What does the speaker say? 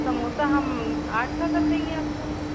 समोसा हम आठ का कर देंगे आपको